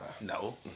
No